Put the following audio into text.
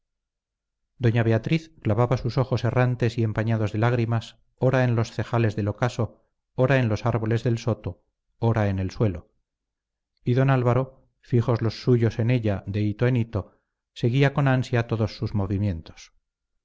doña beatriz clavaba sus ojos errantes y empañados de lágrimas ora en los celajes del ocaso ora en los árboles del soto ora en el suelo y don álvaro fijos los suyos en ella de hito en hito seguía con ansia todos sus movimientos